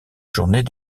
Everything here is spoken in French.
journées